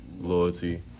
loyalty